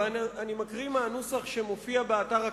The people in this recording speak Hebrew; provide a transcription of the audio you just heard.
ואני מקריא מהנוסח שמופיע באתר הכנסת.